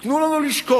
תנו לנו לשקול.